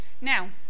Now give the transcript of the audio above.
Now